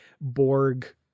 Borg